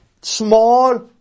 small